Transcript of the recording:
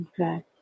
Okay